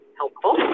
helpful